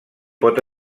pot